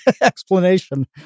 explanation